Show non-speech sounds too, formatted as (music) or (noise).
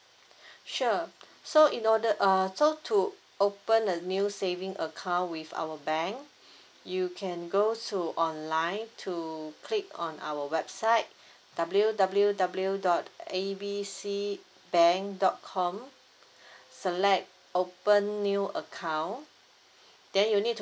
(breath) sure so in order err so to open a new saving account with our bank (breath) you can go to online to click on our website (breath) W W W dot A B C bank dot com (breath) select open new account then you need to